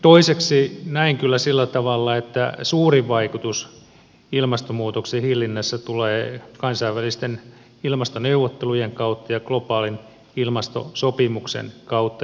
toiseksi näen kyllä sillä tavalla että suurin vaikutus ilmastonmuutoksen hillinnässä tulee kansainvälisten ilmastoneuvottelujen kautta ja globaalin ilmastosopimuksen kautta